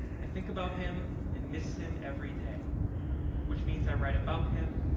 i think about him and miss him every day which means i write about him,